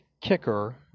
kicker